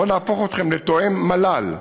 בוא נהפוך אתכם לתואם מל"ל.